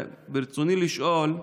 ברצוני לשאול: